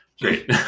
Great